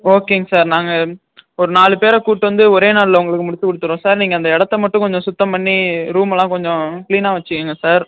ஓகேங்க சார் நாங்கள் ஒரு நாலு பேரை கூட்டு வந்து ஒரே நாளில் உங்களுக்கு முடிச்சு கொடுத்துட்றோம் சார் நீங்கள் அந்த இடத்த மட்டும் கொஞ்சம் சுத்தம் பண்ணி ரூமைலாம் கொஞ்சம் க்ளீனாக வச்சுக்கிங்க சார்